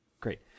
Great